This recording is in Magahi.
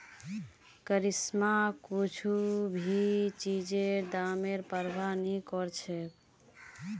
करिश्मा कुछू भी चीजेर दामेर प्रवाह नी करछेक